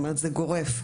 זה גורף.